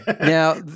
Now